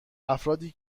افرادی